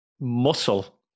muscle